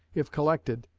if collected,